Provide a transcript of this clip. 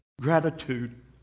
Gratitude